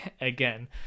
again